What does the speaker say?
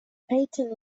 patent